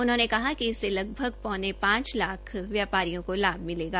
उन्होनें कहा कि इससे लगभग पौने पांच लाख व्यापारियों को लाभ मिलेगा